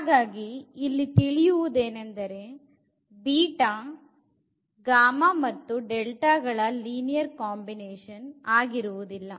ಹಾಗಾಗಿ ಇಲ್ಲಿ ತಿಳಿಯುವುದೇನೆಂದರೆ ಗಳ ಲೀನಿಯರ್ ಕಾಂಬಿನೇಶನ್ ಆಗಿರುವುದಿಲ್ಲ